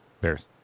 Bears